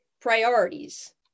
priorities